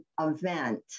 event